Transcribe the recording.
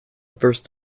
burst